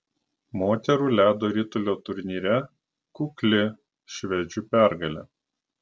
moterų ledo ritulio turnyre kukli švedžių pergalė